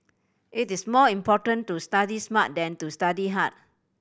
it is more important to study smart than to study hard